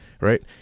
right